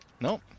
Nope